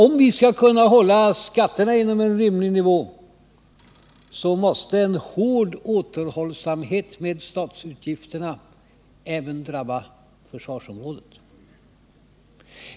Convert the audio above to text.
Men för att hålla skatterna på rimlig nivå måste enligt vår mening en hård återhållsamhet med statsutgifterna även drabba försvarsområdet.